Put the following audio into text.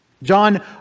John